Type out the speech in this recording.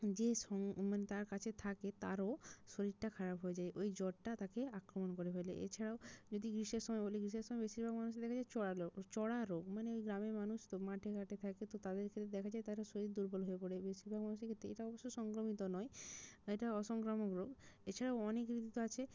যে মানে তার কাছে থাকে তারও শরীরটা খারাপ হয়ে যায় ওই জ্বরটা তাকে আক্রমণ করে ফেলে এছাড়াও যদি গ্রীষ্মের সময় বলি গ্রীষ্মের সময় বেশিরভাগ মানুষই দেখা যায় চড়া চড়া রোগ মানে ওই গ্রামের মানুষ তো মাঠে ঘাটে থাকে তো তাদের ক্ষেত্রে দেখা যায় তারা শরীর দুর্বল হয়ে পড়ে বেশিরভাগ মানুষের ক্ষেত্রে এটা অবশ্য সংক্রামিত নয় এটা অসংক্রামক রোগ এছাড়াও অনেক ঋতু তো আছে